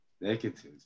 negative